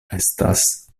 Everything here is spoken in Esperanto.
estas